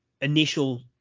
initial